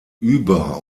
über